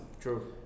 True